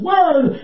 Word